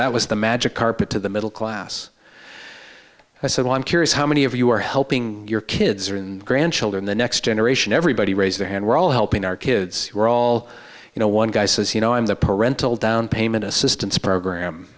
that was the magic carpet to the middle class i said i'm curious how many of you are helping your kids or and grandchildren the next generation everybody raise their hand we're all helping our kids we're all you know one guy says you know i'm the parental down payment assistance program